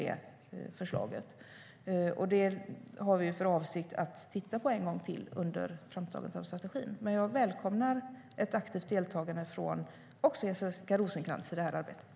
Detta har vi för avsikt att titta på en gång till under framtagandet av strategin. Men jag välkomnar ett aktivt deltagande också av Jessica Rosencrantz i det här arbetet.